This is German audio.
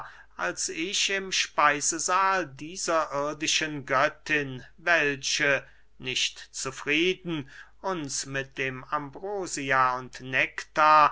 als ich im speisesahl dieser irdischen göttin welche nicht zufrieden uns mit dem ambrosia und nektar